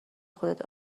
خودت